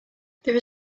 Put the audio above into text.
there